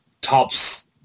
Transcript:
tops